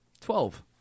Twelve